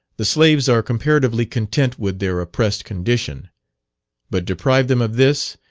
the slaves are comparatively content with their oppressed condition but deprive them of this,